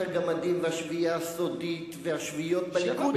הגמדים" ו"השביעייה הסודית" והשביעיות בליכוד.